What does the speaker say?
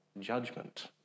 judgment